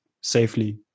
safely